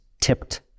tipped